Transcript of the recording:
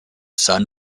son